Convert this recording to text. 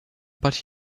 but